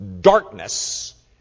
Darkness